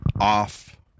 off